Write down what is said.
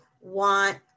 want